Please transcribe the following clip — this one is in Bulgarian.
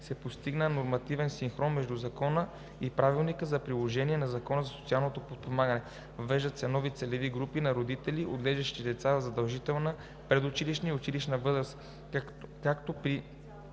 се постига нормативен синхрон между Закона и Правилника за приложение на Закона за социалното подпомагане. Въвеждат се нови целеви групи на родители, отглеждащи деца в задължителна предучилищна и училищна възраст,